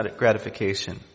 gratification